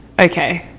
Okay